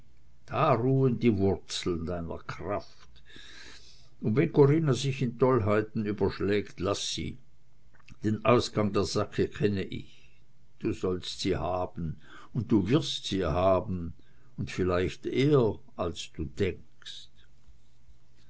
da ruhen die wurzeln deiner kraft und wenn corinna sich in tollheiten überschlägt laß sie den ausgang der sache kenn ich du sollst sie haben und du wirst sie haben und vielleicht eher als du denkst